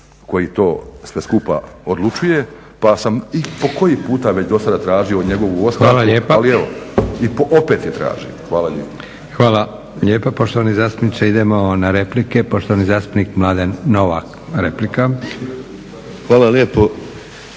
koji to sve skupa odlučuje. Pa sam i po koji puta već do sada tražio njegovu ostavku ali evo. I opet je tražim. Hvala lijepa. **Leko, Josip (SDP)** Hvala lijepa poštovani zastupniče. Idemo na replike. Poštovani zastupnik Mladen Novak, replika. **Novak, Mladen